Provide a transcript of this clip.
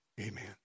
amen